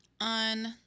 On